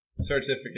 Certificate